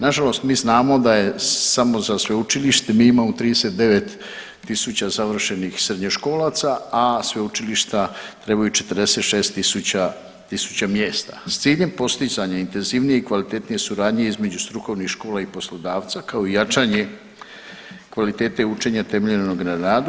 Nažalost, mi znamo da je, samo za sveučilište mi imamo 39 tisuća završenih srednjoškolaca, a sveučilišta trebaju 46 tisuća, tisuća mjesta s ciljem postizanja intenzivnije i kvalitetnije suradnje između strukovnih škola i poslodavca, kao i jačanje kvalitete učenja temeljenog na radu.